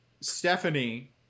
Stephanie